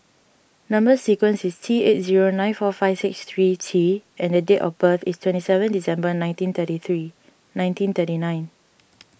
Number Sequence is T eight zero nine four five six three T and date of birth is twenty seven December nineteen thirty three nineteen thirty nine